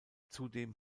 zudem